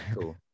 cool